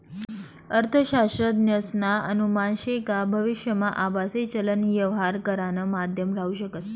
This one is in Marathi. अर्थशास्त्रज्ञसना अनुमान शे का भविष्यमा आभासी चलन यवहार करानं माध्यम राहू शकस